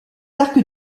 arc